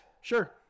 Sure